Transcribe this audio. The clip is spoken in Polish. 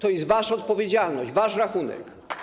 To jest wasza odpowiedzialność, wasz rachunek.